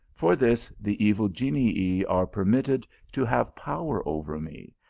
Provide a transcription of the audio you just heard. for this, the evil genii are permitted to have power over me,